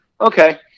Okay